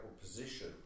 position